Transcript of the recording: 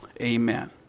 Amen